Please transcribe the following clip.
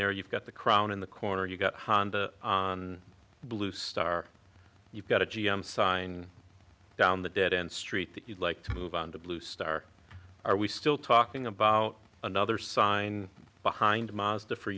there you've got the crown in the corner you've got honda bluestar you've got a g m sign down the dead end street that you'd like to move on to blue star are we still talking about another sign behind mazda for